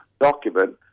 document